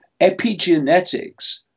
Epigenetics